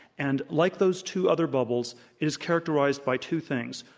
and like those two other bubbles is characterized by two things,